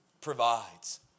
provides